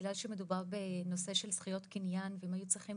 בגלל שמדובר בנושא של זכויות קניין והם היו צריכים